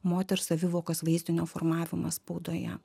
moters savivokos vaizdinio formavimą spaudoje